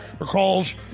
recalls